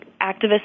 activists